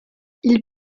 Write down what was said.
ils